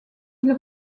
ils